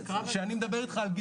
דרך אגב,